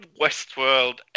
Westworld